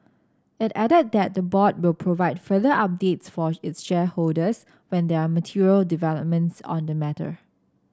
it added that the board will provide further updates for its shareholders when there are material developments on the matter